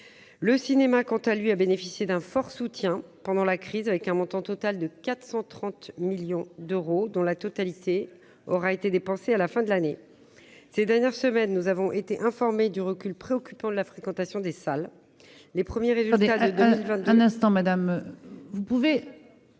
le cinéma, quant à lui, a bénéficié d'un fort soutien pendant la crise, avec un montant total de 430 millions d'euros, dont la totalité aura été dépensés à la fin de l'année, ces dernières semaines, nous avons été informés du recul préoccupant de la fréquentation des salles. Les premiers résultats dans